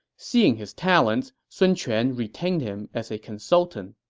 seeing his talents, sun quan retained him as a consultant